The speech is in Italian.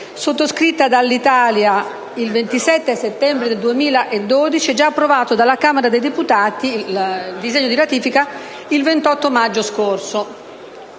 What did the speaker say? (sottoscritta dall'Italia il 27 settembre 2012), già approvato dalla Camera dei deputati il 28 maggio scorso.